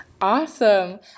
Awesome